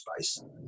space